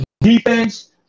defense